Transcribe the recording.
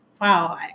wow